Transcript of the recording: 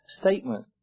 statement